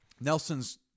Nelson's